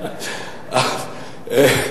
זאב.